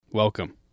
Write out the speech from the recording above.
Welcome